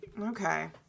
Okay